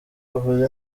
bavuze